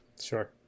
Sure